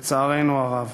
לצערנו הרב,